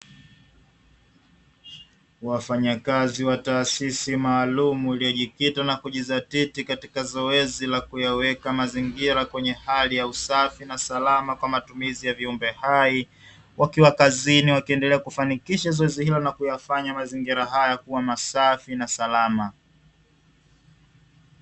Wafanyakazi wa taasisi maalumu, iliyojikita na kujizatiti katika zoezi la kuyaweka mazingira kwenye hali ya usafi na salama kwa matumizi ya viumbe hai, wakiwa kazini wakiendelea kufanikisha zoezi hilo na kuyafanya mazingira haya kuwa masafi na salama.